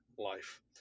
life